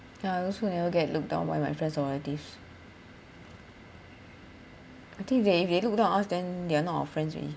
I also never get looked down by my friends or relatives I think they if they look down on us then they are not our friends already